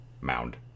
mound